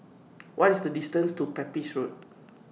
What IS The distance to Pepys Road